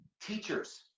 teachers